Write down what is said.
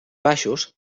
baixos